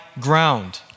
ground